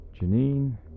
Janine